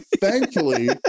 Thankfully